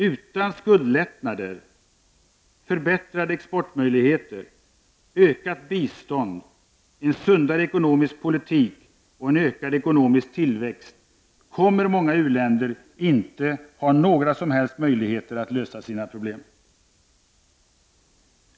Utan skuldlättnader, förbättrade exportmöjligheter, ökat bistånd, en sundare ekonomisk politik och en ökad ekonomisk tillväxt kommer många u-länder inte att ha några som helst möjligheter att lösa sina problem.